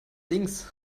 links